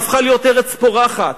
הפכה להיות ארץ פורחת,